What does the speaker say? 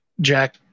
Jack